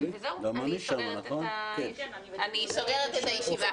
וזהו, אני סוגרת את הישיבה.